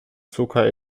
zucker